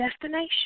destination